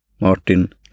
Martin